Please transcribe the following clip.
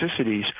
toxicities